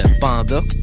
Panda